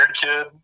kid